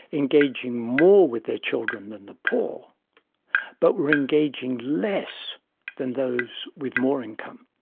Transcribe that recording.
engaging more with their children than the poor but were engaging less than those with more income.